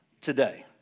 today